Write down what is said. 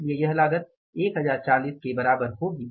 इसलिए यह लागत 1040 1040 के बराबर होगी